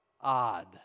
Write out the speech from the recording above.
odd